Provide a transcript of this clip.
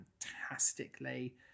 fantastically